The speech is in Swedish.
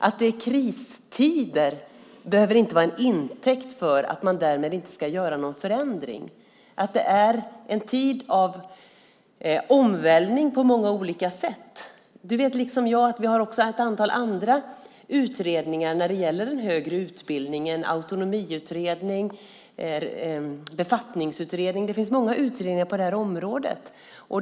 Att det är kristider behöver inte vara en intäkt för att man inte ska göra någon förändring, att det är en tid av omvälvning på många olika sätt. Du vet liksom jag att vi har ett antal andra utredningar när det gäller den högre utbildningen, autonomiutredning och befattningsutredning. Det finns många utredningar på det här området.